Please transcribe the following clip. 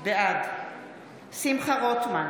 בעד שמחה רוטמן,